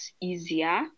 easier